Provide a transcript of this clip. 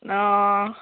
অঁ